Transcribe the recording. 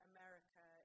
America